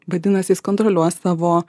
vadinasi jis kontroliuos savo